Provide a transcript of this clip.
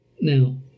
Now